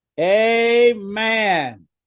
amen